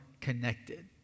connected